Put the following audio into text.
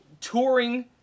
touring